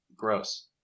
Gross